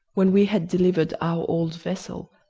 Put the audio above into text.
when we had delivered our old vessel,